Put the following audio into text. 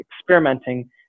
experimenting